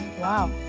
Wow